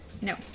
No